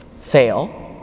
fail